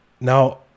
Now